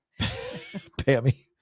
Pammy